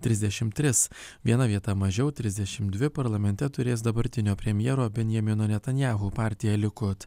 trisdešim tris viena vieta mažiau trisdešim dvi parlamente turės dabartinio premjero benjamino netanyahu partija likud